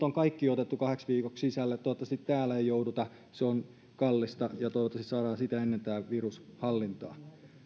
on kaikki otettu kahdeksi viikoksi sisälle toivottavasti täällä ei siihen jouduta se on kallista ja toivottavasti saadaan sitä ennen tämä virus hallintaan